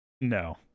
No